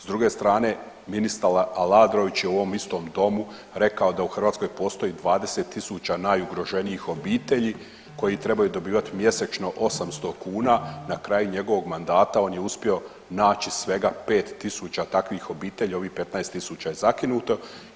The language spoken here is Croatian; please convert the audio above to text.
S druge strane ministar Aladrović je u ovom istom domu rekao da u Hrvatskoj postoji 20.000 najugroženijih obitelji koji trebaju dobivati mjesečno 800 kuna, a na kraju njegovog mandata on je uspio naći svega 5.000 takvih obitelji, ovih 15.000 je zakinuto.